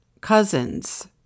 cousins